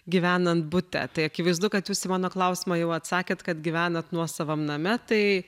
gyvenant bute tai akivaizdu kad jūs į mano klausimą jau atsakėt kad gyvenat nuosavam name tai